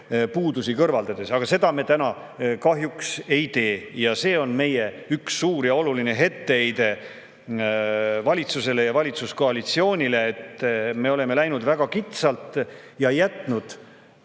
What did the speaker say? puudusi kõrvaldades. Aga seda me täna kahjuks ei tee. See on meie üks suur ja oluline etteheide valitsusele ja valitsuskoalitsioonile, et me oleme läinud [muutma] väga kitsalt, jätnud